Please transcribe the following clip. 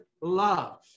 love